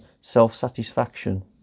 self-satisfaction